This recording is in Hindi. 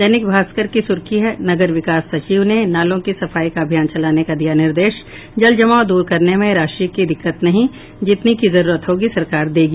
दैनिक भास्कर की सुर्खी है नगर विकास सचिव ने नालों की सफाई का अभियान चलाने का दिया निर्देश जलजमाव दूर करने में राशि की दिक्कत नहीं जितनी की जरूरत होगी सरकार देगी